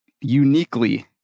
uniquely